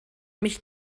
mich